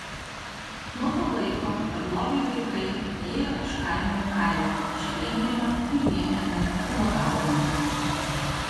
nuo to laiko beglobiai vaikai ėjo iš kaimo į kaimą iš vienkiemio į vienkiemį ubagaudami